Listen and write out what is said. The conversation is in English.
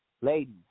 Ladies